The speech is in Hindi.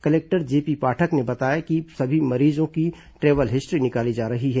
कलेक्टर जेपी पाठक ने बताया कि सभी मजदूरों की ट्रैवल हिस्ट्री निकाली जा रही है